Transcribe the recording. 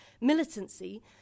militancy